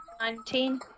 Nineteen